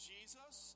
Jesus